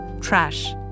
trash